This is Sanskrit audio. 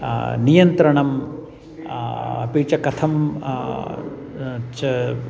नियन्त्रणम् अपि च कथं च